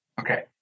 Okay